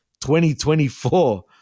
2024